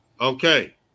Okay